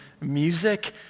music